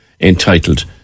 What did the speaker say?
entitled